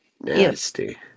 Nasty